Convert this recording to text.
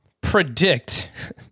predict